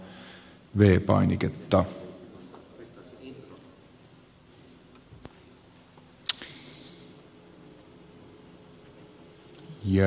arvoisa puhemies